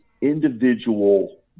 individual